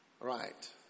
Right